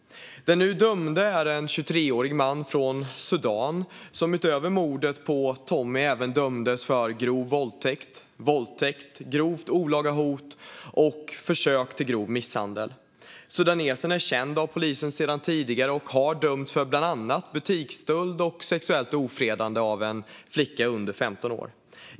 Den nu dömde är en 23-årig man från Sudan som utöver mordet på Tommie även dömdes för grov våldtäkt, våldtäkt, grovt olaga hot och försök till grov misshandel. Sudanesen är känd av polisen sedan tidigare och har dömts för bland annat butiksstöld och sexuellt ofredande av en flicka under 15 år.